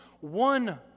one